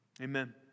Amen